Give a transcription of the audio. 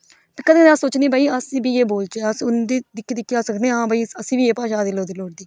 कदें कदें अस सोचने हां भाई अस वी इयै वोलचै अस उंदी दिक्खी दिक्खी अस आक्खने हा भाई आसें बी एह्